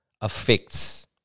affects